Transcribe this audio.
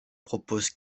proposent